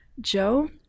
joe